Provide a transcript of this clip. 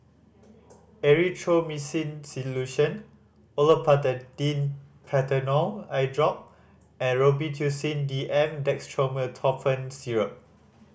Erythroymycin Solution Olopatadine Patanol Eyedrop and Robitussin D M Dextromethorphan Syrup